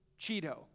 Cheeto